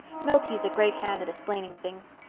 milty's a great hand at esplaining things.